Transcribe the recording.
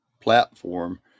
platform